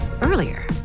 Earlier